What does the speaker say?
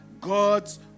God's